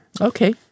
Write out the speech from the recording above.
Okay